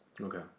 Okay